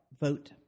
vote